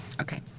Okay